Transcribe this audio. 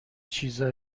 چیزا